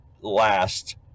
last